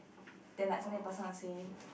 then like ask this person to say